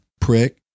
prick